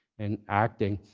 and acting,